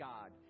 God